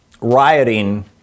rioting